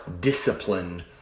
discipline